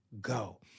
go